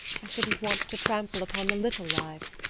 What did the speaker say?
i shouldn't want to trample upon the little lives.